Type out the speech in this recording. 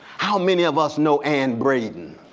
how many of us know anne braden,